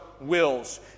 wills